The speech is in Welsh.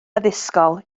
addysgol